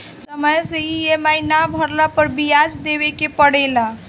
समय से इ.एम.आई ना भरला पअ बियाज देवे के पड़ेला